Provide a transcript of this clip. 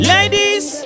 Ladies